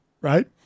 right